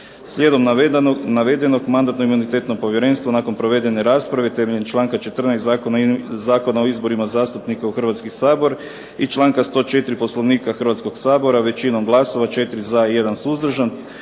Slijedom navedenog, Mandatno-imunitetno povjerenstvo nakon provedene rasprave temeljem članka 14. Zakona o izborima zastupnika u Hrvatski sabor i članka 104. Poslovnika Hrvatskoga sabora većinom glasova, 4 za i 1 suzdržan,